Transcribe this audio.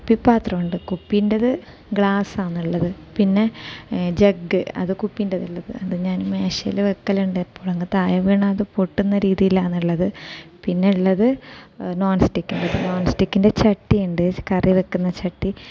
കുപ്പി പാത്രമുണ്ട് കുപ്പീന്റേത് ഗ്ലാസ് ആണ് ഉള്ളത് പിന്നെ ജഗ്ഗ് അത് കുപ്പിന്റേത് ഉള്ളത് അത് ഞാൻ ഈ മേശയിൽ വയ്ക്കലുണ്ട് എപ്പോളും അങ്ങ് താഴെ വീണാൽ അത് പൊട്ടുന്ന രീതിയിലാണ് ഉള്ളത് പിന്നെ ഉള്ളത് നോൺ സ്റ്റിക്ക് നോൺ സ്റ്റിക്കിൻ്റെ ചട്ടി ഉണ്ട് കറി വയ്ക്കുന്ന ചട്ടി